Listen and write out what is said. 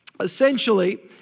Essentially